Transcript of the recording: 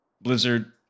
Blizzard